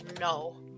no